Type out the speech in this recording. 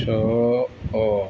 ଛଅ